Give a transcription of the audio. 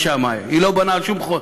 היא לא בונה על שום חוסן,